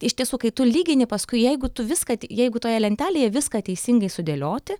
iš tiesų kai tu lygini paskui jeigu tu viską jeigu toje lentelėje viską teisingai sudėlioti